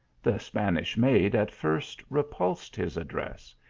the spanish maid at first repulsed his addresses.